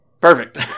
perfect